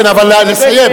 כן, אבל נא לסיים.